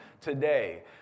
today